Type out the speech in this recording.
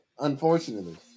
unfortunately